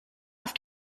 auf